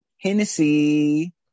Hennessy